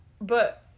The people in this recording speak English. But-